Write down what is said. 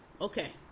Okay